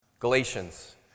Galatians